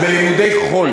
זה לימודי חול.